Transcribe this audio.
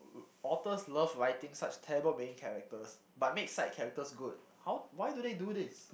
authors love writing such terrible main characters but make side characters good how why do they do this